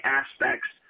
aspects